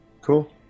Cool